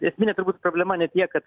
esminė turbūt problema ne tiek kad